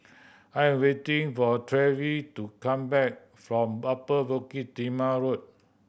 I am waiting for Treva to come back from Upper Bukit Timah Road